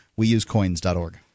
Weusecoins.org